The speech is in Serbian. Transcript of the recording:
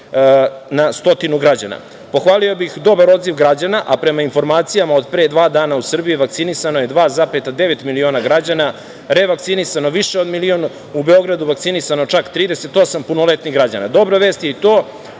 na stotinu građana. Pohvalio bih dobar odziv građana, a prema informacija od pre dva dana, u Srbiji je vakcinisano 2,9 miliona građana, revakcinisano više od milion, u Beogradu vakcinisano čak 38 punoletnih građana. Dobra vest je i to